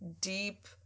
deep